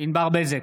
ענבר בזק,